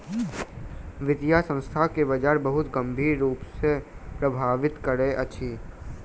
वित्तीय संस्थान के बजार बहुत गंभीर रूप सॅ प्रभावित करैत अछि